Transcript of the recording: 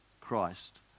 Christ